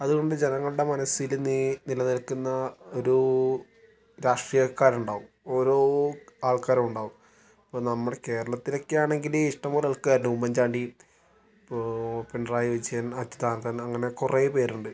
അതുകൊണ്ട് ജനങ്ങളുടെ മനസ്സിൽ നിലനിൽക്കുന്ന ഒരു രാഷ്ട്രീയക്കാർ ഉണ്ടാകും ഓരോ ആൾക്കാർ ഉണ്ടാക്കും ഇപ്പോൾ നമ്മുടെ കേരളത്തിലൊക്കെ ആണെങ്കിൽ ഇഷ്ടംപോലെ ആൾക്കാർ ഉണ്ട് ഉമ്മൻ ചാണ്ടി ഇപ്പോൾ പിണറായി വിജയൻ അച്യുതാനന്ദൻ അങ്ങനെ കുറേപ്പേരുണ്ട്